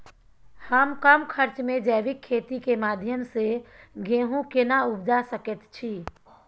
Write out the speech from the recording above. हम कम खर्च में जैविक खेती के माध्यम से गेहूं केना उपजा सकेत छी?